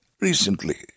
Recently